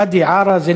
ואדי-עארה,